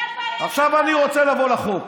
עכשיו אני רוצה לבוא לחוק.